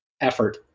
effort